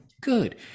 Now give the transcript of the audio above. good